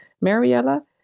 Mariella